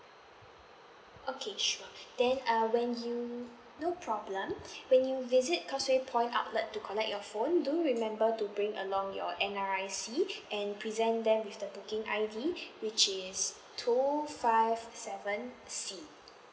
okay sure then uh when you no problem when you visit causeway point outlet to collect your phone do remember to bring along your N_R_I_C and present them with the booking I_D which is two five seven C